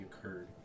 occurred